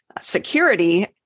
security